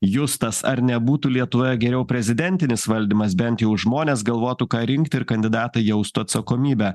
justas ar nebūtų lietuvoje geriau prezidentinis valdymas bent jau žmonės galvotų ką rinkti ir kandidatai jaustų atsakomybę